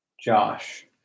Josh